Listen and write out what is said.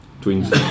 Twins